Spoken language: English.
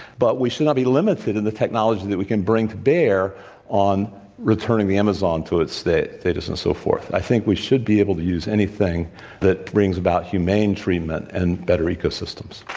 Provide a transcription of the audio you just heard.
but we should not be limited in the technology that we can bring to bear on returning the amazon to its status, and so forth. i think we should be able to use anything that brings about humane treatment and better ecosystems.